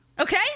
Okay